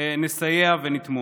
נסייע ונתמוך.